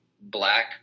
black